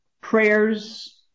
prayers